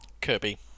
Kirby